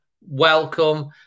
welcome